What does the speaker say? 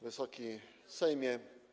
Wysoki Sejmie!